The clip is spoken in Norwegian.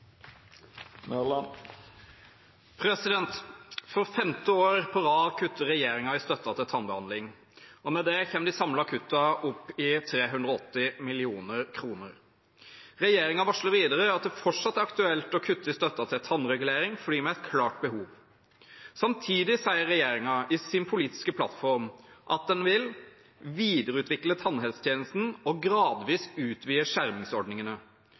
tannbehandling, og med det kommer de samlede kuttene opp i 380 millioner kroner. Regjeringen varsler videre at det fortsatt er aktuelt å kutte i støtten til tannregulering for de med et «klart behov». Samtidig sier regjeringen i sin politiske plattform at den vil «videreutvikle tannhelsetjenesten og gradvis utvide skjermingsordningene».